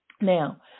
Now